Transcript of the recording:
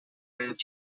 moved